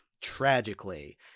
tragically